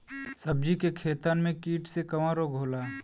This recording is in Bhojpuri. सब्जी के खेतन में कीट से कवन रोग होला?